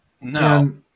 No